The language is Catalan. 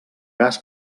gas